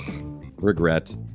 Regret